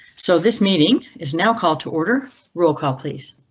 so this meeting is now called to order roll call please.